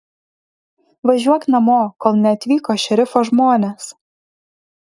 važiuok namo kol neatvyko šerifo žmonės